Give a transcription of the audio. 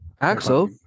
Axel